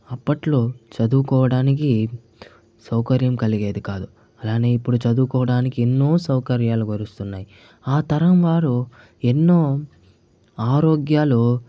అప్పట్లో చదువుకోవడానికి సౌకర్యం కలిగేది కాదు అలానే ఇప్పుడు చదువుకోవడానికి ఎన్నో సౌకర్యాలు వరిస్తున్నాయి ఆ తరం వారు ఎన్నో ఆరోగ్యాలు